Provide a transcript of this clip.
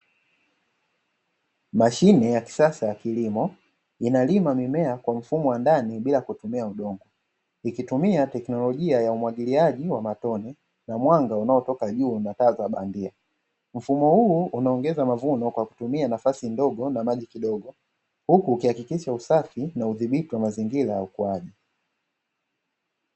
Mashine ya kisasa ya kilimo, inalima mimea kwa mfumo wa ndani bila kutumia udongo, ikitumia teknolojia ya umwagiliaji wa matone na mwanga unaotoka juu na taa za bandia. Mfumo huu unaongeza mavuno kwa kutumia nafasi ndogo na maji kidogo, huku ukihakikisha usafi na hudhibiti wa mazingira ya ukuaji.